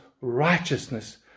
righteousness